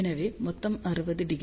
எனவே மொத்தம் 60°